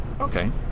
Okay